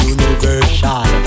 Universal